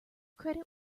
credit